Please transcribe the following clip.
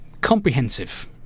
comprehensive